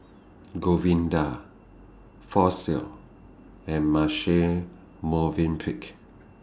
Govinda Fossil and Marche Movenpick